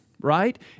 right